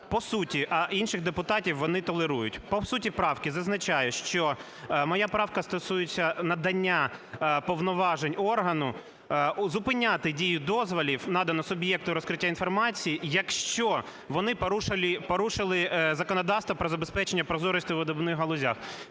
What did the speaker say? По суті… А інших депутатів вони толерують. По суті правки зазначаю, що моя правка стосується надання повноважень органу зупиняти дію дозволів, надану суб'єкту розкриття інформації, якщо вони порушити законодавство про забезпечення прозорості у видобувних галузях.